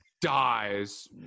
dies